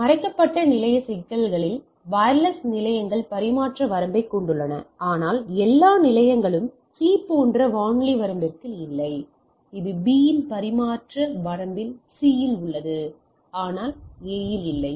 எனவே மறைக்கப்பட்ட நிலைய சிக்கல்களில் வயர்லெஸ் நிலையங்கள் பரிமாற்ற வரம்பைக் கொண்டுள்ளன ஆனால் எல்லா நிலையங்களும் C போன்ற வானொலி வரம்பிற்குள் இல்லை இது B இன் பரிமாற்ற வரம்பில் C இல் உள்ளது ஆனால் A இல்லை